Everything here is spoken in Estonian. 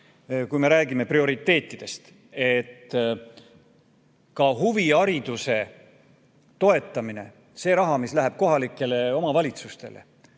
kui me räägime prioriteetidest. Huvihariduse toetamine, see raha, mis läheb kohalikele omavalitsustele,